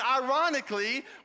ironically